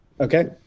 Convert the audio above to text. okay